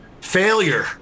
failure